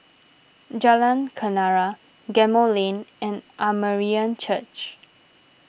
Jalan Kenarah Gemmill Lane and Armenian Church